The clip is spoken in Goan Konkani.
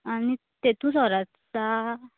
आनी तेतून सोरो आसता